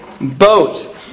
Boat